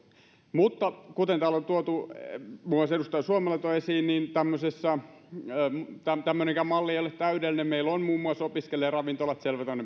mutta kuten täällä on tuotu muun muassa edustaja suomela toi esiin niin tämmöinenkään malli ei ole täydellinen meillä on muun muassa opiskelijaravintolat selvä